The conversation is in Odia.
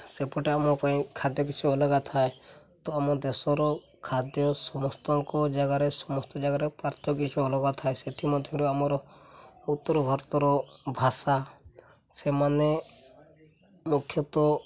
ସେପଟେ ଆମ ପାଇଁ ଖାଦ୍ୟ କିଛି ଅଲଗା ଥାଏ ତ ଆମ ଦେଶର ଖାଦ୍ୟ ସମସ୍ତଙ୍କ ଜାଗାରେ ସମସ୍ତ ଜାଗାରେ ପାର୍ଥକ୍ୟ କିଛି ଅଲଗା ଥାଏ ସେଥିମଧ୍ୟରୁ ଆମର ଉତ୍ତର ଭାରତର ଭାଷା ସେମାନେ ମୁଖ୍ୟତଃ